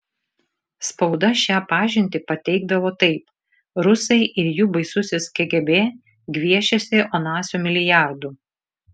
spauda šią pažintį pateikdavo taip rusai ir jų baisusis kgb gviešiasi onasio milijardų